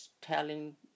telling